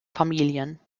familien